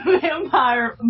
Vampire